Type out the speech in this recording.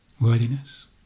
worthiness